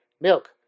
milk